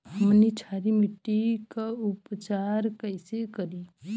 हमनी क्षारीय मिट्टी क उपचार कइसे करी?